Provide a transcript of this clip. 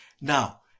Now